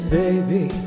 baby